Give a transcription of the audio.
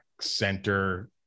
center